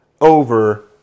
over